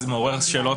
זה מעורר שאלות.